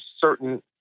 certain